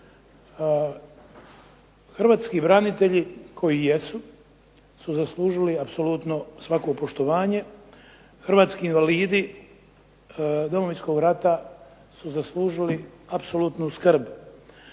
Hrvatski branitelji koji jesu su zaslužili apsolutno svako poštovanje. Hrvatski invalidi Domovinskog rata su zaslužili apsolutnu skrb.